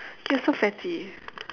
you're so fatty